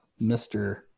Mr